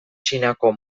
txinako